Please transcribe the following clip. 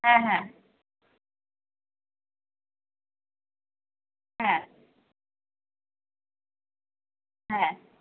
হ্যাঁ হ্যাঁ হ্যাঁ